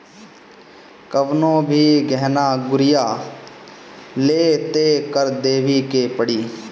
कवनो भी गहना गुरिया लअ तअ कर देवही के पड़ी